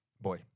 Boy